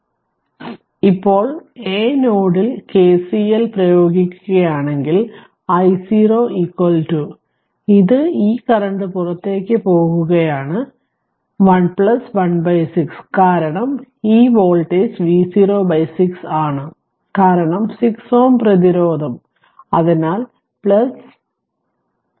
അതിനാൽ ഇപ്പോൾ a നോഡിൽ KCL പ്രയോഗിക്കുകയാണെങ്കിൽ i0 ഇത് ഈ കറൻറ് പുറത്തേക്കു പോകുകയുമാണ് 1 6 കാരണം ഈ വോൾട്ടേജ് V0 6 ആണ് കാരണം 6 പ്രതിരോധം അതിനാൽ 1 6